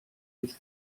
with